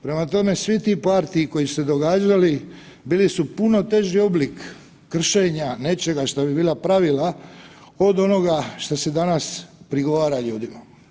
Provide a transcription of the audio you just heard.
Prema tome, svi ti partyi koji su se događali bili su puno teži oblik kršenja nečega šta bi bila pravila od onoga šta se danas prigovara ljudima.